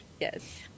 Yes